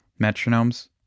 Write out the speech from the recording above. metronomes